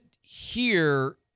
hear